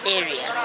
area